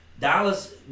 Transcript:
Dallas